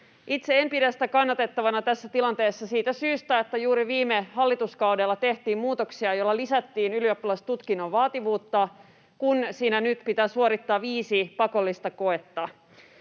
Itse en pidä sitä kannatettavana tässä tilanteessa siitä syystä, että juuri viime hallituskaudella tehtiin muutoksia, joilla lisättiin ylioppilastutkinnon vaativuutta, kun siinä nyt pitää suorittaa viisi pakollista koetta.